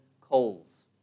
coals